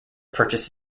purchase